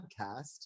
podcast